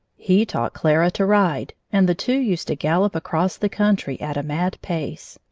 he taught clara to ride, and the two used to gallop across the country at a mad pace.